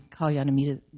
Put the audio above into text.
Kalyanamita